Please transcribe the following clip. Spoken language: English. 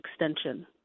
extension